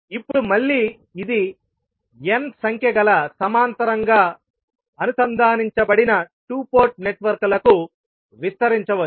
ఇప్పుడు మళ్ళీ ఇది n సంఖ్య గల సమాంతరంగా అనుసంధానించబడిన 2 పోర్ట్ నెట్వర్క్లకు విస్తరించవచ్చు